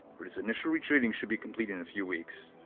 but his initial retraining should be completed in a few weeks.